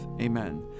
Amen